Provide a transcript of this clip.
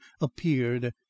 appeared